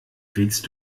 willst